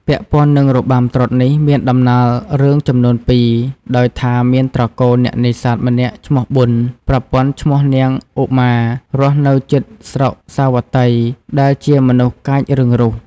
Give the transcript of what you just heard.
ពាក់ព័ន្ធនឹងរបាំត្រុដិនេះ មានដំណាលរឿងចំនួន២ ដោយថា មានត្រកូលអ្នកនេសាទម្នាក់ឈ្មោះប៊ុន ប្រពន្ធឈ្មោះនាងឧមា រស់នៅជិតស្រុកសាវត្តី ដែលជាមនុស្សកាចរឹងរូស។